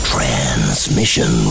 Transmission